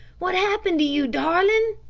what happened to you, darling?